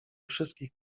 wszystkich